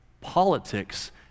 politics